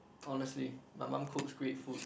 honestly my mum cooks great food